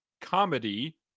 comedy